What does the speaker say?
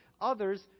others